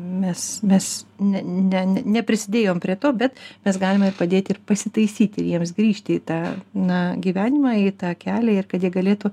mes mes ne ne neprisidėjom prie to bet mes galime ir padėti ir pasitaisyti jiems grįžti į tą na gyvenimą į tą kelią ir kad jie galėtų